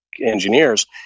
engineers